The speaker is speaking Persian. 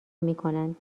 میکنند